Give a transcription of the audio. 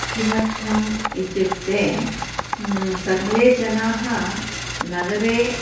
किमर्थम् इत्युक्ते सर्वे जनाः नगरे